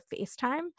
FaceTime